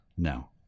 No